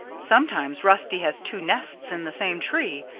sometimes rusty has two nests in the same tree,